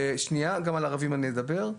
שנייה, גם על ערבים אני אדבר.